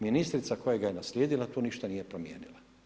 Ministrica koja ga je naslijedila, tu ništa nije promijenila.